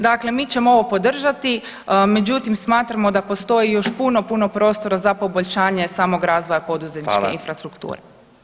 Dakle, mi ćemo ovo podržati, međutim smatramo da postoji još puno, puno prostora za poboljšanje samog razvoja poduzetničke infrastrukture.